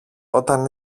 όταν